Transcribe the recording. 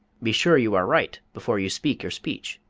be sure you are right before you speak your speech,